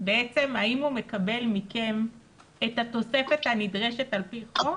בעצם האם הוא מקבל מכם את התוספת הנדרשת על פי חוק